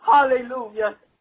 Hallelujah